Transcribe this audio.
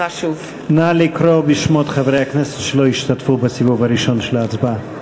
נא לקרוא בשמות חברי הכנסת שלא השתתפו בסיבוב הראשון של ההצבעה.